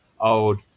old